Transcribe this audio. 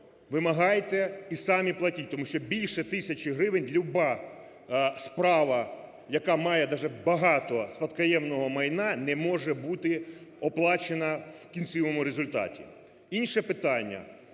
вимагайте і самі платіть, тому що більше тисячі гривень будь-яка справа, яка має навіть багато спадкоємного майна, не може бути оплачена в кінцевому результаті.